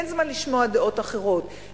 אין זמן לשמוע דעות אחרות,